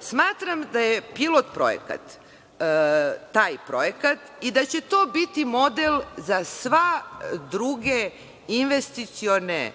Smatram da je pilot projekat taj projekat i da će to biti model za sve druge investicione